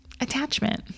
attachment